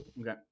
Okay